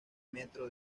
metro